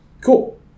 cool